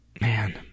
Man